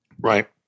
Right